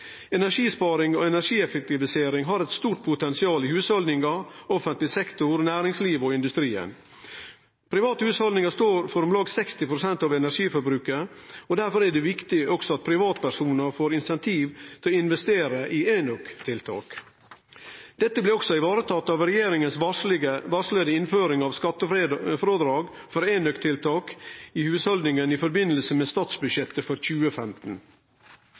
Energisparing og energieffektivisering har eit stort potensial i hushald, i offentleg sektor, i næringslivet og i industrien. Private hushald står for om lag 60 pst. av energiforbruket. Derfor er det viktig at også privatpersonar får incentiv til å investere i enøktiltak. Dette blei også varetatt av regjeringas varsla innføring av skattefrådrag for enøktiltak i hushalda i forbindelse med statsbudsjettet for 2015.